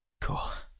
Cool